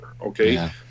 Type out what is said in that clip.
okay